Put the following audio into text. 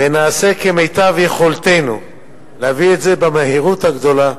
ונעשה כמיטב יכולתנו להביא את זה במהירות הגדולה,